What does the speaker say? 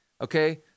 okay